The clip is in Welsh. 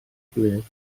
gilydd